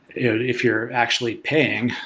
if you're actually paying,